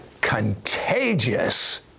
contagious